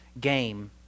game